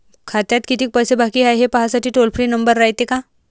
खात्यात कितीक पैसे बाकी हाय, हे पाहासाठी टोल फ्री नंबर रायते का?